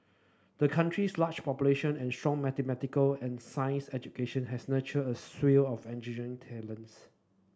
the country's large population and strong mathematical and sciences education has nurtured a slew of engineering talents